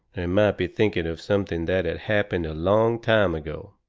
and might be thinking of something that had happened a long time ago.